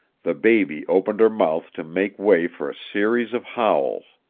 the baby opened her mouth to make way for a series of howls.